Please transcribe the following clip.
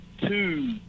two